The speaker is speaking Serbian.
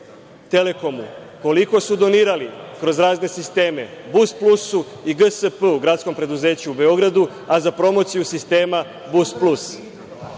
„Telekomu“ koliko su donirali, kroz razne sisteme, Busplusu i GSP gradsko preduzeću u Beogradu, a za promociju sistema Busplus.